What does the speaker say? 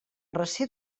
recer